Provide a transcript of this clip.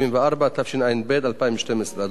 התשע"ב 2012. אדוני היושב-ראש,